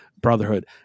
Brotherhood